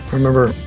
remember,